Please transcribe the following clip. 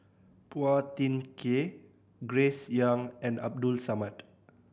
Phua Thin Kiay Grace Young and Abdul Samad